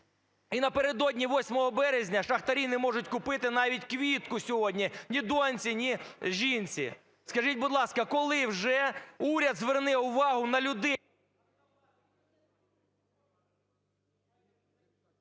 І напередодні 8 березня шахтарі не можуть купити навіть квітку сьогодні ні донці, ні жінці. Скажіть, будь ласка, коли вже уряд зверне увагу на людей…